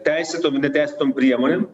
teisėtom ir neteisėtom priemonėm